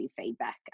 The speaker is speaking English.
feedback